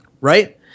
Right